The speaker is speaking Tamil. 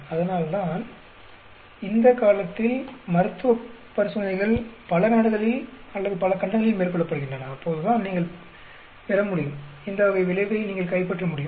அதனால்தான் இந்த காலத்தில் மருத்துவ பரிசோதனைகள் பல நாடுகளில் அல்லது பல கண்டங்களில் மேற்கொள்ளப்படுகின்றன அப்போதுதான் நீங்கள் பெறமுடியும் இந்த வகை விளைவை நீங்கள் கைப்பற்ற முடியும்